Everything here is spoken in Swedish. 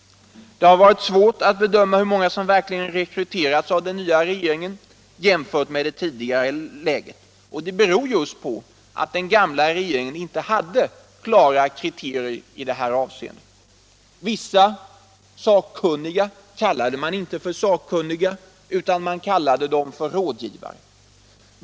Det har varit svårt att bedöma hur många som verkligen rekryterats av den nya regeringen jämfört med det tidigare läget. Det beror just på att den gamla regeringen inte hade klara kriterier i detta avseende. Vissa sakkunniga kallade man inte för sakkunniga utan för rådgivare.